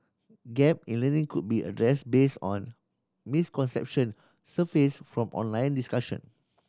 gap in learning could be addressed based on misconception surfaced from online discussion